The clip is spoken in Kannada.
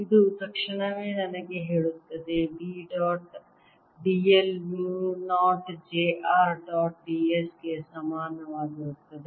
ಇದು ತಕ್ಷಣವೇ ನನಗೆ ಹೇಳುತ್ತದೆ B ಡಾಟ್ d l ಮು 0 j r dot d s ಗೆ ಸಮಾನವಾಗಿರುತ್ತದೆ